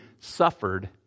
suffered